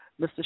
Mr